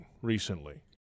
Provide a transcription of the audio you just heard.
recently